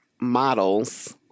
models